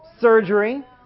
Surgery